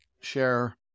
share